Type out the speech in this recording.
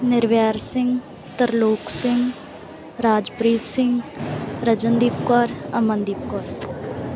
Nirvair Singh Tarlok Singh Rajpreet Singh Rajandeep Kaur Amandeep Kaur